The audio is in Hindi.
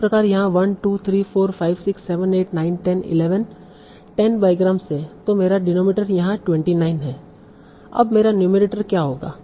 इसी प्रकार यहाँ 1 2 3 4 5 6 7 8 9 10 11 10 बाईग्राम्स है तो मेरा डिनोमिनेटर यहाँ 29 है अब मेरा नुमेरटर क्या होगा